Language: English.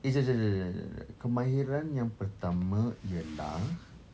eh jap jap jap jap kemahiran yang pertama ialah